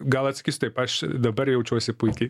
gal atsakysiu taip aš dabar jaučiuosi puikiai